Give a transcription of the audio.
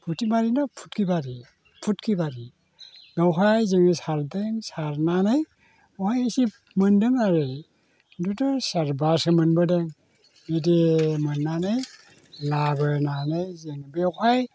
फुथिमारि ना फुथखिबारि फुथखिबारि बेवहाय जोङो सारदों सारनानै बावहाय इसे मोनदों आरो ओमफ्राय सेरबासो मोनबोदों बिदि मोननानै लाबोनानै जों बेवहाय